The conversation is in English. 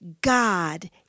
God